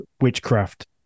witchcraft